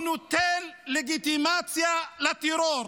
הוא נותן לגיטימציה לטרור.